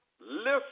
Listen